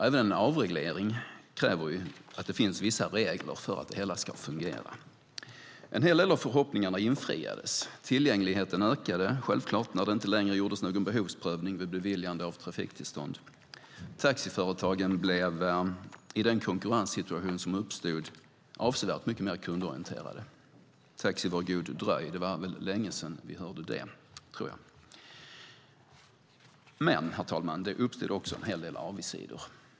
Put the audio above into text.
Även en avreglering kräver ju att finns vissa regler för att det hela ska fungera. En hel del av förhoppningarna infriades. Tillgängligheten ökade självklart när det inte längre gjordes någon behovsprövning vid beviljande av trafiktillstånd. Taxiföretagen blev i den konkurrenssituation som uppstod avsevärt mer kundorienterade. Taxi, var god dröj - det var länge sedan vi hörde det. Men, herr talman, det uppstod också en hel del avigsidor.